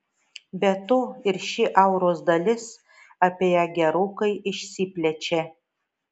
be to ir ši auros dalis apie ją gerokai išsiplečia